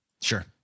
Sure